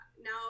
now